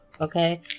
okay